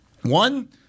one